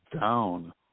down